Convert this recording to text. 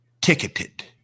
ticketed